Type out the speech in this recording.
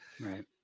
Right